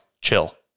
chill